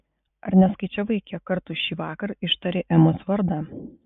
ar neskaičiavai kiek kartų šįvakar ištarei emos vardą